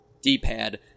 d-pad